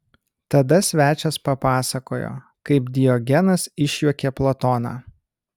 tada svečias papasakojo kaip diogenas išjuokė platoną